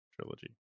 Trilogy